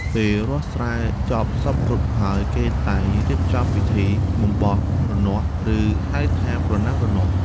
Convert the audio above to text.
ពេលរាស់ស្រែចប់សព្វគ្រប់ហើយគេតែងរៀបចំពិធី បំបោសរនាស់ ឬហៅថា ប្រណាំងរនាស់។